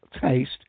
taste